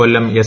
Kollam S